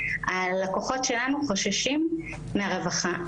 הלקוחות שלנו חוששים מהרווחה.